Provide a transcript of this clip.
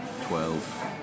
twelve